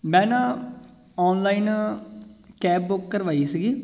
ਮੈਂ ਨਾ online cab book ਕਰਵਾਈ ਸੀਗੀ